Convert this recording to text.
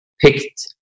picked